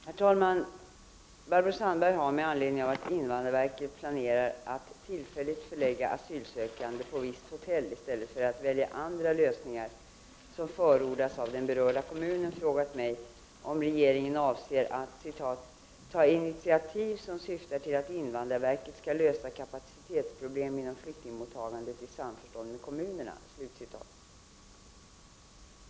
Herr talman! Barbro Sandberg har, med anledning av att invandrarverket planerar att tillfälligt förlägga asylsökande på visst hotell i stället för att välja andra lösningar som förordas av den berörda kommunen, frågat mig om regeringen avser att ”ta initiativ som syftar till att invandrarverket skall lösa kapacitetsproblemen inom flyktingmottagandet i samförstånd med kommunerna”.